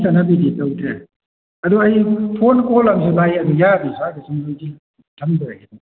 ꯆꯠꯅꯕꯤꯗꯤ ꯇꯧꯗ꯭ꯔꯦ ꯑꯗꯨ ꯑꯩ ꯐꯣꯟ ꯀꯣꯜ ꯑꯃꯁꯨ ꯂꯥꯛꯏ ꯌꯥꯔꯗꯤ ꯁ꯭ꯋꯥꯏꯗ ꯁꯨꯝ ꯂꯣꯏꯁꯤꯟ ꯊꯝꯖꯔꯒꯦ